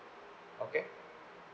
okay